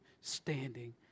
standing